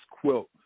quilt